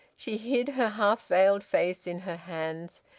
she hid her half-veiled face in her hands.